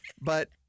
But-